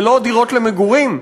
זה לא דירות למגורים,